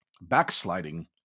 backsliding